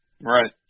Right